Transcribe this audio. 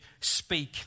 speak